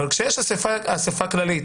אבל כשיש אספה כללית